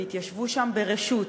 שהתיישבו שם ברשות.